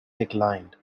declined